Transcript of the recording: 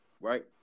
right